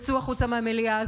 דיבר.